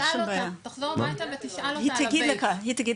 תחזור הביתה ותשאל אותה, היא תגיד לך.